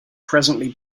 presently